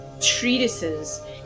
treatises